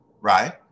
right